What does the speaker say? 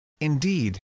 indeed